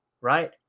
right